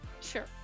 Sure